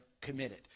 committed